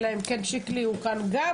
אלא אם כן שיקלי הוא כאן גם